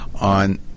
on